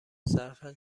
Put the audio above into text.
صرفا